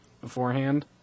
beforehand